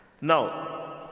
Now